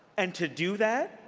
and to do that,